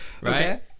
right